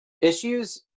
issues